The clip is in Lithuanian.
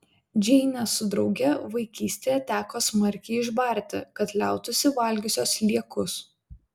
džeinę su drauge vaikystėje teko smarkiai išbarti kad liautųsi valgiusios sliekus